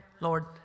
Lord